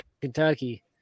Kentucky